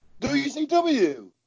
WCW